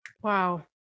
Wow